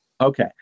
Okay